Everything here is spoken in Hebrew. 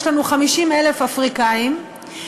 יש לנו 50,000 אפריקנים,